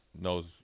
Knows